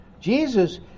Jesus